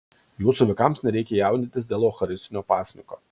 jūsų vaikams nereikia jaudintis dėl eucharistinio pasninko